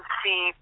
see